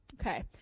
okay